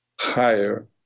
higher